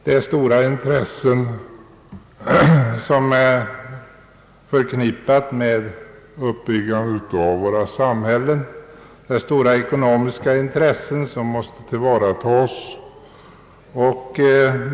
Det är stora intressen förknippade med uppbyggandet av våra samhällen, och det är stora ekonomiska intressen som måste tillvaratas.